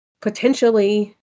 potentially